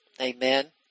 Amen